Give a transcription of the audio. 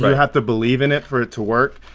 but have to believe in it for it to work.